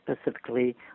specifically